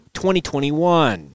2021